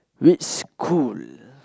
which school